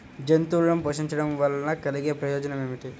జంతువులను పోషించడం వల్ల కలిగే ప్రయోజనం ఏమిటీ?